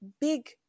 big